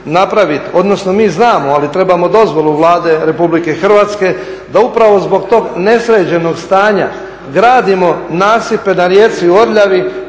odnosno mi znamo ali trebamo dozvolu Vlade RH da zbog tog nesređenog stanja gradimo nasipe na rijeci Orljavi